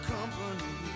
Company